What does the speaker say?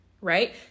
right